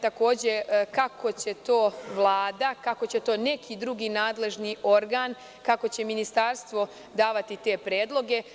Takođe me zanima - kako će to Vlada, kako će to neki drugi nadležni organ, kako će ministarstvo davati te predloge?